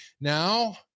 Now